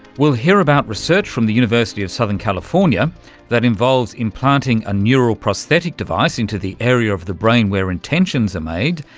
we'll hear out about research from the university of southern california that involves implanting a neural prosthetic device into the area of the brain where intentions are made.